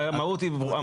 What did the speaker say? המהות ברורה.